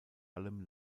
allem